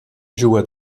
juga